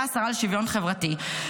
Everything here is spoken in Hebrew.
הייתה השרה לשוויון חברתי,